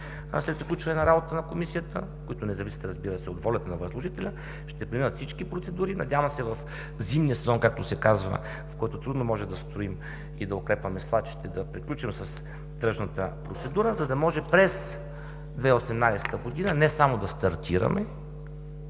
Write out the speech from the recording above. след приключване на работата на Комисията, които не зависят от волята на възложителя. Ще преминат всички процедури. Надявам се в зимния сезон, в който трудно може да строим и да укрепваме свлачище, да приключим с тръжната процедура, за да може през 2018 г. не само да стартираме,